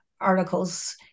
articles